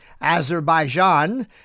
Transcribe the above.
Azerbaijan